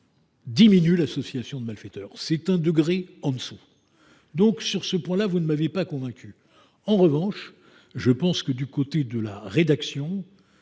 de l’association de malfaiteurs. C’est un degré en dessous. Sur ce point là, vous ne m’avez pas convaincu. En revanche, je pense que la rédaction